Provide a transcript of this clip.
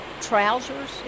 trousers